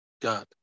god